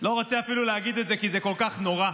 לא רוצה אפילו להגיד את זה כי זה כל כך נורא.